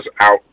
out